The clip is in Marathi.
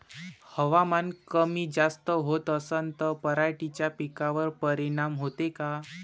हवामान कमी जास्त होत असन त पराटीच्या पिकावर परिनाम होते का?